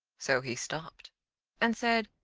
so he stopped and said,